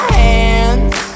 hands